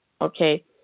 okay